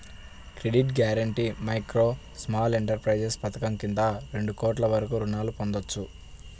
credit guarantee micro, small enterprises పథకం కింద రెండు కోట్ల వరకు రుణాలను పొందొచ్చు